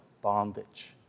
bondage